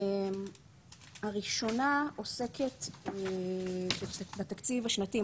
הראשונה עוסקת בתקציב השנתי,